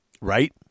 Right